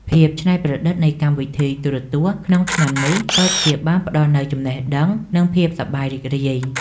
ភាពច្នៃប្រឌិតនៃកម្មវិធីទូរទស្សន៍ក្នុងឆ្នាំនេះពិតជាបានផ្តល់នូវចំណេះដឹងនិងភាពសប្បាយរីករាយ។